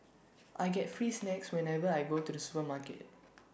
I get free snacks whenever I go to the supermarket